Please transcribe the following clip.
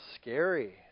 scary